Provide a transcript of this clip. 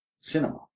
cinema